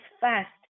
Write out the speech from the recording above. fast